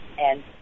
and-